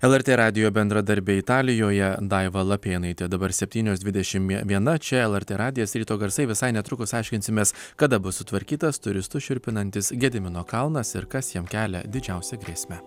lrt radijo bendradarbė italijoje daiva lapėnaitė dabar septynios dvidešim viena čia lrt radijas ryto garsai visai netrukus aiškinsimės kada bus sutvarkytas turistus šiurpinantis gedimino kalnas ir kas jam kelia didžiausią grėsmę